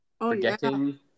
forgetting